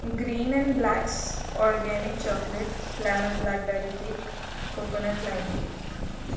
green and blacks organic chocolate lemon black berry cake coconut lime cake